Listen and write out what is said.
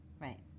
Right